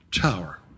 tower